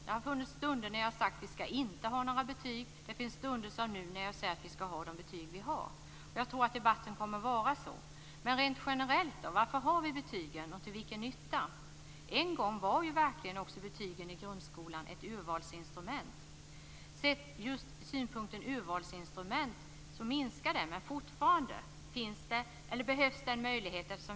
Det har funnits stunder då jag sagt att vi inte skall ha några betyg. Det finns stunder, som nu, då jag säger att vi skall ha de betyg som vi har. Jag tror att debatten kommer att vara så. Rent generellt kan man fråga: Varför har vi betygen och till vilken nytta? En gång var verkligen betygen i grundskolan ett urvalsinstrument. Som just urvalsinstrument minskar de i betydelse, men fortfarande behövs den möjligheten.